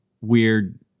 weird